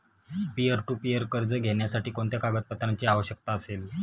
Peer to peer कर्ज घेण्यासाठी कोणत्या कागदपत्रांची आवश्यकता असेल?